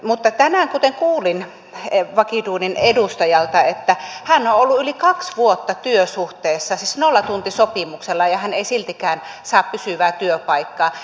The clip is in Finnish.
mutta tänään kuulin vakiduunin edustajalta että hän on ollut yli kaksi vuotta työsuhteessa nollatuntisopimuksella ja hän ei siltikään saa pysyvää työpaikkaa